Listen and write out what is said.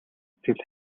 сэтгэл